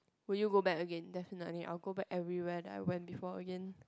will you go back again definitely I will go back everywhere that I went before again